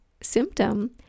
symptom